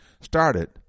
started